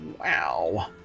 Wow